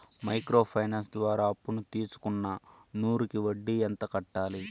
Micro finance ద్వారా అప్పును తీసుకున్న నూరు కి వడ్డీ ఎంత కట్టాలి?